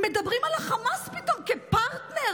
מדברים על החמאס פתאום כפרטנר,